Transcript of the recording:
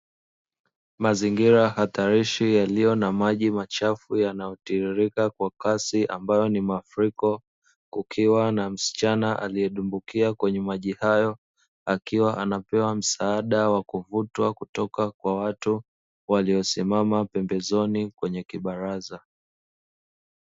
Mazingira hatarishi yaliyo na maji machafu yanayotiririka kwa kasi ambayo ni mafuriko, kukiwa na msichana aliyedumbukia kwenye maji hayo akiwa anapewa msaada wa kuvutwa kutoka kwa watu waliosimama pembezoni kwenye kibaraza.